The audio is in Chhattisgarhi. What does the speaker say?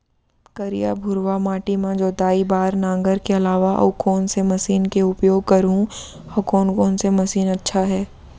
करिया, भुरवा माटी म जोताई बार नांगर के अलावा अऊ कोन से मशीन के उपयोग करहुं अऊ कोन कोन से मशीन अच्छा है?